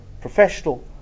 professional